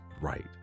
right